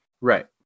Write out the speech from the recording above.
Right